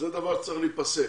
זה דבר שצריך להיפסק.